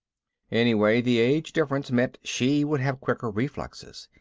anyway, the age difference meant she would have quicker reflexes.